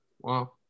Wow